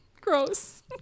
Gross